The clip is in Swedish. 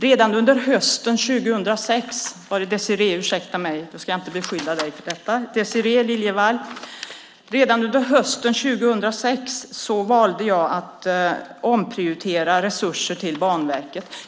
Redan under hösten 2006 valde jag att omprioritera resurser till Banverket.